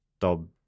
dob